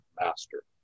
master